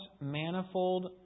manifold